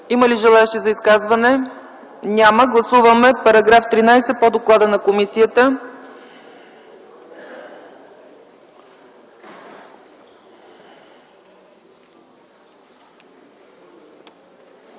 Има ли желаещи за изказване? Не. Гласуваме § 16 по доклада на комисията.